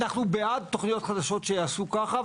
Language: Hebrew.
אנחנו בעד תוכניות חדשות שיעשו ככה,